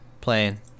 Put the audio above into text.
playing